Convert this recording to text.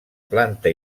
planta